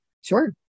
Sure